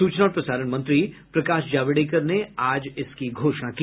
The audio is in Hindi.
सूचना और प्रसारण मंत्री प्रकाश जावड़ेकर ने आज इसकी घोषणा की